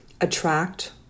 attract